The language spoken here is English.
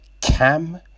Cam